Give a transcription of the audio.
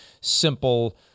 simple